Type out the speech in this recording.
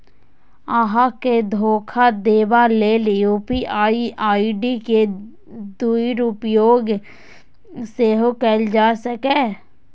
अहां के धोखा देबा लेल यू.पी.आई आई.डी के दुरुपयोग सेहो कैल जा सकैए